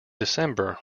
december